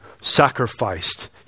sacrificed